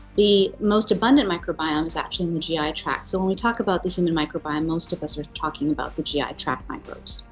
the most abundant microbiome is actually in the gi tract so when we talk about the human microbiome, most of us are talking about the gi ah tract microbes.